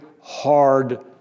hard